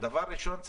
דבר ראשון,